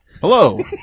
Hello